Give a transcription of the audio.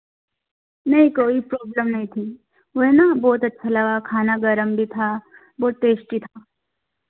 नहीं कोई प्रॉब्लम नहीं थी वह है ना बहुत अच्छा लगा खाना गर्म भी था बहुत टेस्टी था